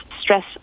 stress